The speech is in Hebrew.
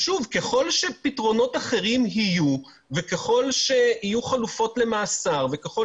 ככל שפתרונות אחרים יהיו וככל שיהיו חלופות למאסר וככל